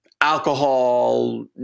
alcohol